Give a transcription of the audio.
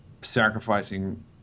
sacrificing